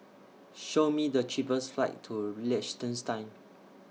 Show Me The cheapest flights to Liechtenstein